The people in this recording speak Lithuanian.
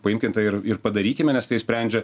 paimkim tai ir ir padarykime nes tai sprendžia